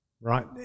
right